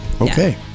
okay